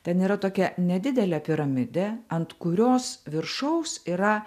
ten yra tokia nedidelė piramidė ant kurios viršaus yra